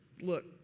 Look